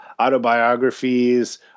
autobiographies